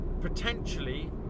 potentially